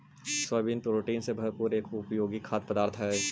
soybean protein से भरपूर एक उपयोगी खाद्य पदार्थ हई